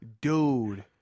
Dude